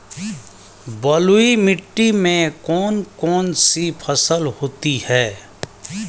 बलुई मिट्टी में कौन कौन सी फसल होती हैं?